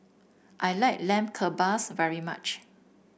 I like Lamb Kebabs very much